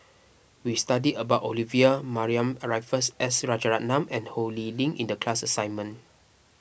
we studied about Olivia Mariamne Raffles S Rajaratnam and Ho Lee Ling in the class assignment